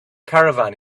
caravan